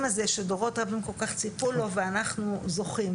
הזה שדורות רבים כל כך ציפו לו ואנחנו זוכים.